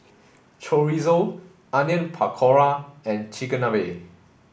Chorizo Onion Pakora and Chigenabe